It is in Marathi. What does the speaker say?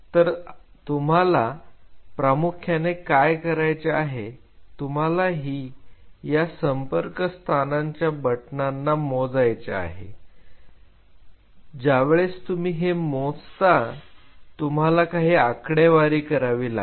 तर तुम्हाला प्रामुख्याने काय करायचे आहे तुम्हालाही या संपर्क स्थानांच्या बटनांना मोजायचे आहे ज्या वेळेस तुम्ही हे मोजता त्या वेळेस तुम्हाला काही आकडेवारी करावी लागेल